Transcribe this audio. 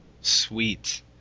sweet